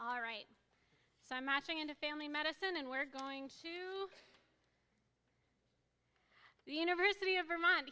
all right so i'm matching into family medicine and we're going to the university of vermont